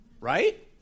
Right